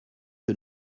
que